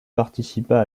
participa